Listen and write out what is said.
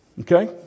Okay